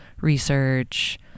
research